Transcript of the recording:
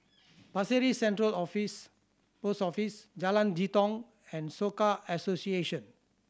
Pasir Ris Central Office Post Office Jalan Jitong and Soka Association